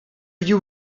you